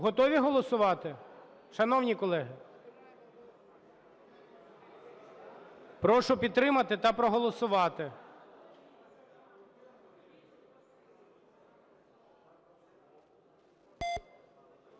Готові голосувати, шановні колеги? Прошу підтримати та проголосувати.